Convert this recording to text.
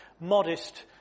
modest